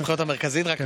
שלקחת אוכלוסייה חשובה